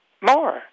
more